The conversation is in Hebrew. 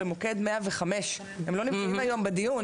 במוקד 105. הם לא נמצאים היום בדיון,